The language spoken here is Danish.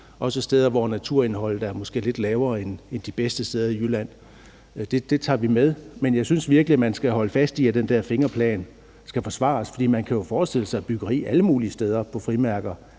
også de steder, hvor naturindholdet måske er lidt mindre end de bedste steder i Jylland. Det tager vi med, men jeg synes virkelig, at man skal holde fast i, at den der fingerplan skal forsvares, for man kan jo forestille sig byggeri alle